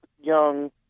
young